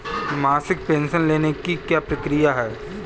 मासिक पेंशन लेने की क्या प्रक्रिया है?